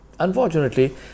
Unfortunately